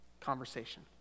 conversation